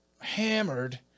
hammered